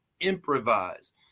improvise